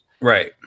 Right